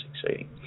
succeeding